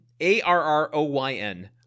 A-R-R-O-Y-N